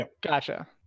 Gotcha